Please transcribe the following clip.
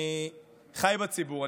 אני חי בציבור,